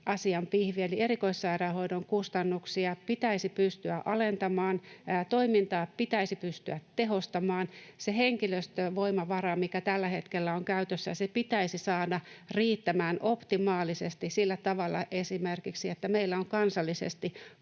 eli erikoissairaanhoidon kustannuksia pitäisi pystyä alentamaan, toimintaa pitäisi pystyä tehostamaan. Se henkilöstövoimavara, mikä tällä hetkellä on käytössä, pitäisi saada riittämään optimaalisesti esimerkiksi sillä tavalla, että meillä on kansallisesti